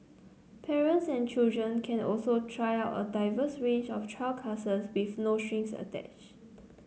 parents and children can also try out a diverse range of trial classes with no strings attached